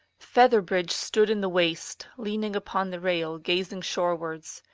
featherbridge stood in the waist, leaning upon the rail, gazing shorewards.